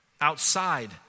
Outside